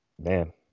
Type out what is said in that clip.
man